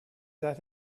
that